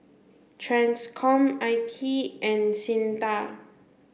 TRANSCOM I P and SINDA